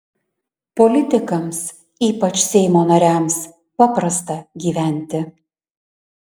politikams ypač seimo nariams paprasta gyventi